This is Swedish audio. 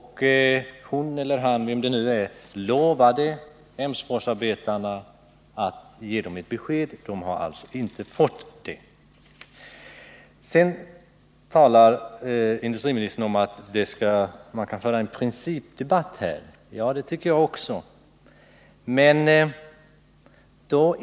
Han eller hon — vem det nu var — lovade att Emsforsarbetarna skulle få ett besked, men något sådant har de inte fått. Industriministern talar om att man kan föra en principdebatt här. Ja, det tycker jag är bra.